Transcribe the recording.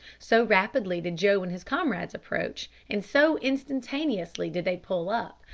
so rapidly did joe and his comrades approach, and so instantaneously did they pull up,